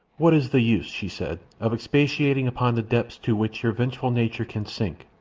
what is the use, she said, of expatiating upon the depths to which your vengeful nature can sink?